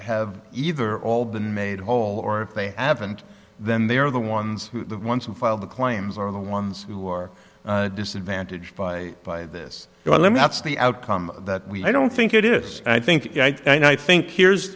have either all been made whole or they have and then they are the ones the ones who filed the claims are the ones who are disadvantaged by by this well let me that's the outcome that we i don't think it is i think and i think here's